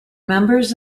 members